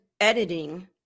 editing